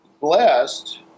blessed